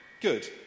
Good